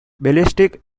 ballistic